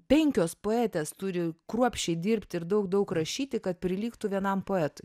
penkios poetės turi kruopščiai dirbti ir daug daug rašyti kad prilygtų vienam poetui